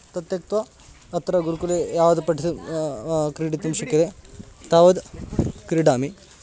तत्त्यक्त्वा अत्र गुरुकुले यावत् पठितुं क्रीडितुं शक्यते तावद् क्रीडामि